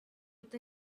with